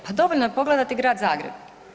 Pa dovoljno je pogledati Grad Zagreb.